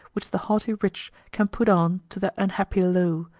which the haughty rich can put on to the unhappy low,